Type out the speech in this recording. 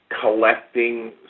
collecting